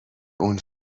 اون